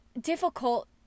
difficult